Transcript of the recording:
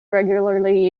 regularly